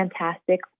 fantastic